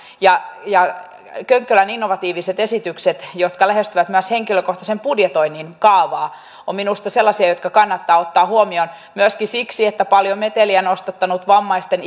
könkkölän innovatiiviset esitykset jotka lähestyvät myös henkilökohtaisen budjetoinnin kaavaa ovat minusta sellaisia jotka kannattaa ottaa huomioon myöskin siksi että paljon meteliä nostattanut vammaisten